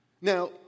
Now